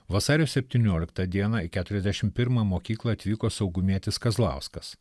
vasario septynioliktą dieną į keturiasdešim pirmą mokyklą atvyko saugumietis kazlauskas